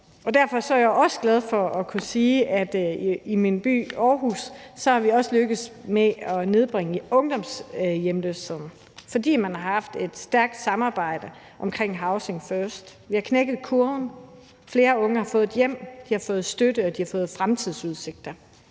Derfor er jeg også glad for at kunne sige, at vi i min by Aarhus også er lykkedes med at nedbringe ungdomshjemløsheden, fordi man har haft et stærkt samarbejde omkring housing first. Vi har knækket kurven, og flere unge har fået et hjem, de har fået støtte, og de har fået fremtidsudsigter.